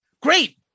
Great